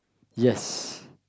yes